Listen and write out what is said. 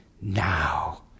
now